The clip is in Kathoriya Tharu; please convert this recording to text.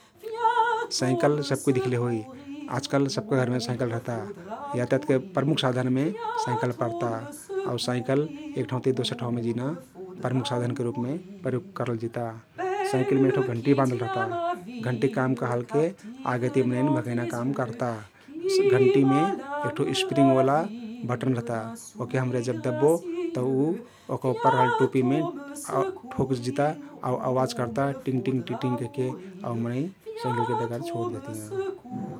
साईकल सब कुइ दिख्ले होई । आजकाल सबका घरमे साईकल रहता । यातायातके प्रमुख साधनमे साईकल पर्ता आउ साईकल एक ठाउँ ति दोसार ठाउँमे जिना प्रमुख साधनके रुपमे प्रयोग करल जिता । साईकलमे एक ठो घण्टी बाँधल रहता । घण्टीक काम कहलके आगे ति मनैन भगैना काम कर्ता । घण्टीमे एक ठो स्प्रीङ्ग ओला बटन रहता ओहके हम्रे जब दब्बो तउ उ ओहका उप्पर रहल टोपीमे ठोक जिता आउ अवाज कर्ता टिङ्ग टिङ्ग टिङ्ग टिङ्ग कैहके आउ मनै सहजिल्लेति डगर छोर देहतियाँ ।